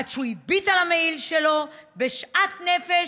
עד שהוא הביט על המעיל בשאט נפש,